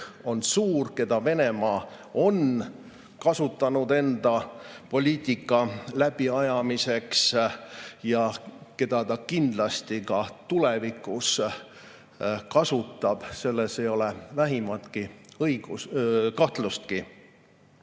on suur, keda Venemaa on kasutanud enda poliitika läbiajamiseks ja keda ta kindlasti ka tulevikus kasutab, selles ei ole vähimatki kahtlust.